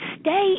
stay